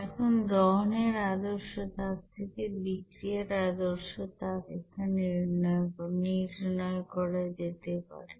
এখন দহনের আদর্শ তাপ থেকে বিক্রিয়ার আদর্শ তাপ এখানে নির্ণয় করা যেতে পারে